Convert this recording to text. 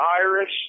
Irish